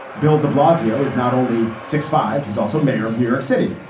bill de blasio is not only six five. he's also mayor of new york city.